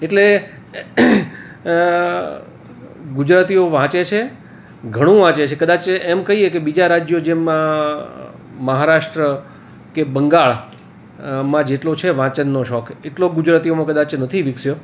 એટલે ગુજરાતીઓ વાંચે છે ઘણું વાંચે છે કદાચ એમ કહીએ કે બીજા રાજ્યો જેમ મહારાષ્ટ્ર કે બંગાળ માં જેટલો છે વાંચનનો શોખ એટલો ગુજરતીઓમાં કદાચ નથી વિકસ્યો